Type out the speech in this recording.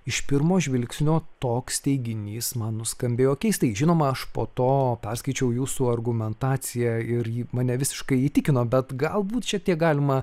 iš pirmo žvilgsnio toks teiginys man nuskambėjo keistai žinoma aš po to perskaičiau jūsų argumentaciją ir ji mane visiškai įtikino bet galbūt šiek tiek galima